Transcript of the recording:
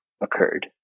occurred